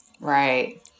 Right